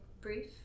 brief